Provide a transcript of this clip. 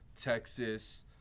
Texas